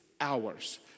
hours